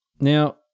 Now